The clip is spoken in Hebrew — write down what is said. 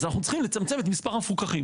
אז אנחנו צריכים לצמצם את מספר המפוקחים.